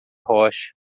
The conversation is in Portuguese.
rocha